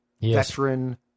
veteran